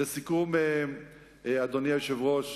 לסיכום, אדוני היושב-ראש,